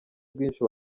bwinshi